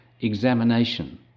examination